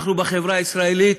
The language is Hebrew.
אנחנו בחברה הישראלית